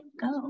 go